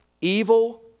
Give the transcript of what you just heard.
Evil